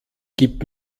gibt